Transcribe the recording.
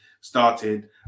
started